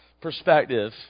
perspective